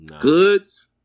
Goods